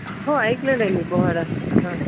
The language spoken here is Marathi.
हो ऐकलेलं आहे मी बोहाडा हां